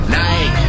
night